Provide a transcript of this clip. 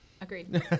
Agreed